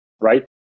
right